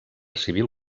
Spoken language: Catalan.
civil